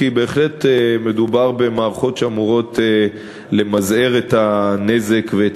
כי בהחלט מדובר במערכות שאמורות למזער את הנזק ואת